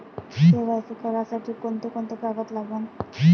KYC करासाठी कोंते कोंते कागद लागन?